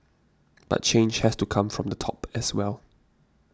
but change has to come from the top as well